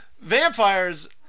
Vampires